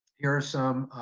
here are some